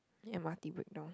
m_r_t breakdown